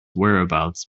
whereabouts